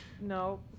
no